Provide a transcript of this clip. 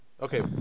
Okay